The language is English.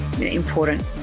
important